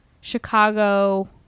Chicago